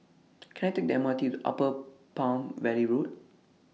Can I Take The M R T to Upper Palm Valley Road